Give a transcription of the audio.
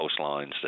coastlines